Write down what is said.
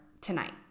tonight